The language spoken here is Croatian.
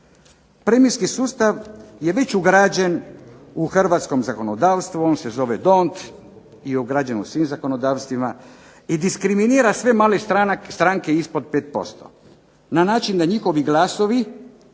Premijski sustav je već ugrađen u hrvatskom zakonodavstvu, on se zove "Dont" i ugrađen je u svim zakonodavstvima i diskriminira sve male stranke ispod 5% na način da njihovi glasovi